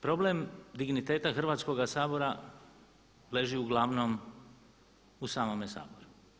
Problem digniteta Hrvatskoga sabora leži uglavnom u samome Saboru.